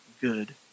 good